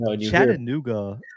Chattanooga